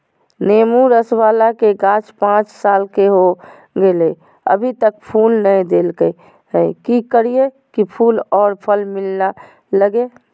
नेंबू रस बाला के गाछ पांच साल के हो गेलै हैं अभी तक फूल नय देलके है, की करियय की फूल और फल मिलना लगे?